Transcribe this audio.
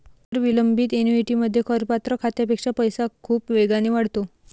कर विलंबित ऍन्युइटीमध्ये, करपात्र खात्यापेक्षा पैसा खूप वेगाने वाढतो